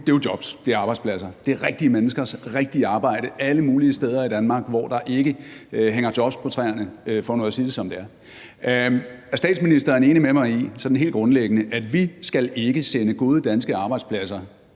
bekymret for, er jo arbejdspladser – det er rigtige menneskers rigtige arbejde alle mulige steder i Danmark, hvor der ikke hænger jobs på træerne, for nu at sige det, som det er. Er statsministeren sådan helt grundlæggende enig med mig i, at vi ikke skal sende gode danske arbejdspladser